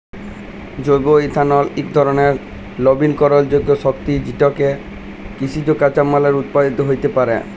জৈব ইথালল ইক ধরলের লবিকরলযোগ্য শক্তি যেটকে কিসিজ কাঁচামাললে উৎপাদিত হ্যইতে পারে